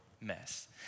mess